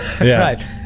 Right